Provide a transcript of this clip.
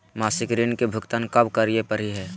मासिक ऋण के भुगतान कब करै परही हे?